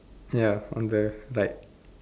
ya on the right